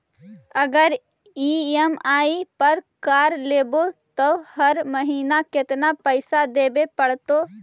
अगर ई.एम.आई पर कार लेबै त हर महिना केतना पैसा देबे पड़तै?